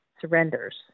surrenders